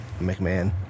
McMahon